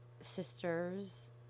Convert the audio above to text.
sisters